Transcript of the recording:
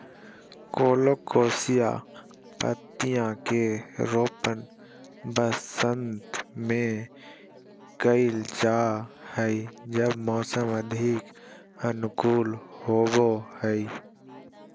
colocasia पत्तियां के रोपण वसंत में कइल जा हइ जब मौसम अधिक अनुकूल होबो हइ